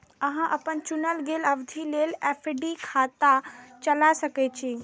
अहां अपन चुनल गेल अवधि लेल एफ.डी खाता चला सकै छी